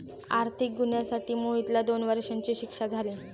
आर्थिक गुन्ह्यासाठी मोहितला दोन वर्षांची शिक्षा झाली